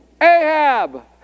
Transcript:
Ahab